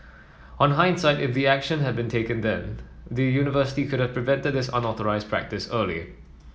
on hindsight if action had been taken then the university could have prevented this unauthorised practice early